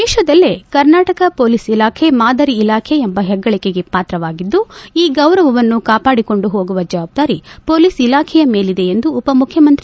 ದೇಶದಲ್ಲೇ ಕರ್ನಾಟಕ ಪೊಲೀಸ್ ಇಲಾಖೆ ಮಾದರಿ ಇಲಾಖೆ ಎಂಬ ಹೆಗ್ಗಳಕೆಗೆ ಪಾತ್ರವಾಗಿದ್ದು ಈ ಗೌರವವನ್ನು ಕಾಪಾಡಿಕೊಂಡು ಹೋಗುವ ಜವಾಬ್ದಾರಿ ಪೋಲಿಸ್ ಇಲಾಖೆಯ ಮೇಲಿದ ಎಂದು ಉಪಮುಖ್ಖಮಂತ್ರಿ